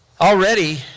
already